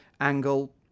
angle